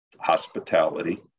hospitality